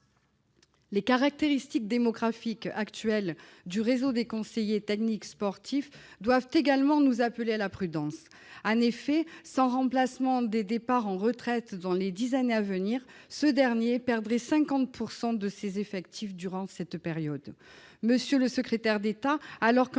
Les caractéristiques démographiques actuelles du réseau des conseillers techniques sportifs doivent également nous appeler à la prudence. En effet, sans remplacement des départs à la retraite dans les dix années à venir, ce dernier perdrait 50 % de ses effectifs durant cette période. Monsieur le secrétaire d'État, alors qu'un